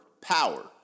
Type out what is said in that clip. power